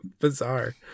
bizarre